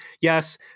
yes